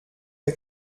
der